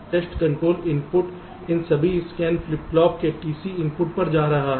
test control input इन सभी scan flip flop के TC इनपुट पर जा रहा है